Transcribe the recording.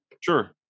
Sure